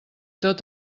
tot